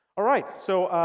all right. so